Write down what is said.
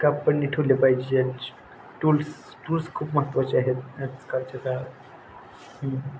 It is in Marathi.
काप पण निठूरले पाहिजेत टूल्स टूल्स खूप महत्वाचे आहेत आजकालच्या काळात